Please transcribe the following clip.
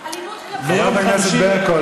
חברת הכנסת ברקו,